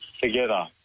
Together